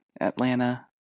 Atlanta